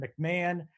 McMahon